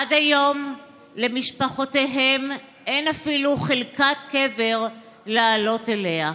עד היום למשפחותיהם אין אפילו חלקת קבר לעלות אליה.